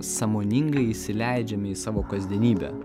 sąmoningai įsileidžiam į savo kasdienybę